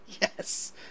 Yes